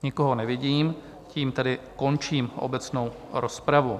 Nikoho nevidím, tím tedy končím obecnou rozpravu.